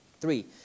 Three